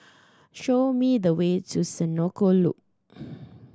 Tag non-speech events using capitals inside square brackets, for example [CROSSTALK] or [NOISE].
show me the way to Senoko Loop [NOISE]